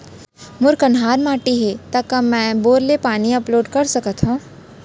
मोर कन्हार माटी हे, त का मैं बोर ले पानी अपलोड सकथव?